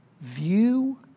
view